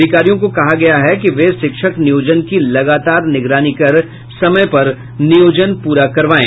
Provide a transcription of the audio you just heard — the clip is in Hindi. अधिकारियों को कहा गया है कि वे शिक्षक नियोजन की लगातार निगरानी कर समय पर नियोजन प्ररा करवायें